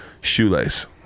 shoelace